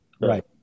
Right